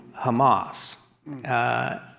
Hamas